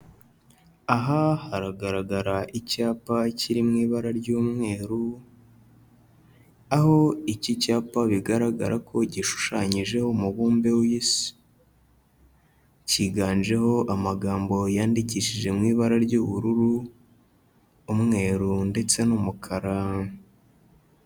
Aha haragaragara icyapa kiri mu ibara ry'umweru, aho iki cyapa bigaragara ko gishushanyijeho umubumbe w'isi. Kiganjemo amagambo yandikishije mu ibara ry'ubururu, umweru ndetse n'umukara.